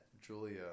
Julia